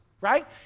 right